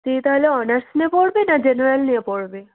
তুই তাহলে অনার্স নিয়ে পড়বি না জেনারেল নিয়ে পড়বি